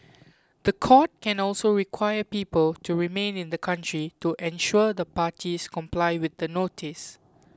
the court can also require people to remain in the country to ensure the parties comply with the notice